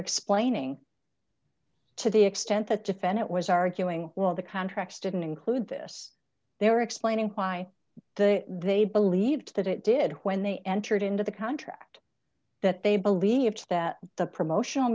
explaining to the extent that defendant was arguing well the contracts didn't include this they were explaining why the they believed that it did when they entered into the contract that they believed that the promotional